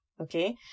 okay